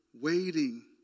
waiting